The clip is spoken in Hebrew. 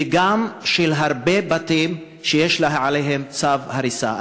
וגם הרבה בתים שיש עליהם צו הריסה.